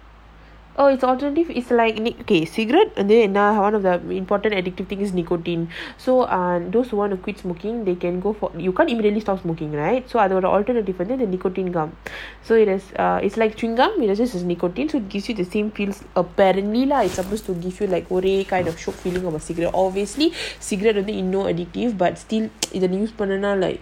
oh it's alternative is like cigarettes வந்து:vandhu one of the important addictive things nicotine so err those who want to quit smoking they can go for you can't immediately stopped smoking right so I don't know alternate அதோட:adhoda err it's like chewing gum just that is nicotine so it gives you the same feels apparently lah it's supposed to give you like already kind of shiok feeling of a cigarette obviously cigarette more addicitve but still வந்துஇன்னும்:vandhu innum like